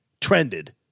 trended